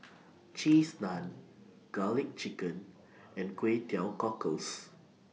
Cheese Naan Garlic Chicken and Kway Teow Cockles